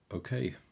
Okay